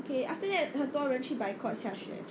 okay after that 很多人去 boycott xiaxue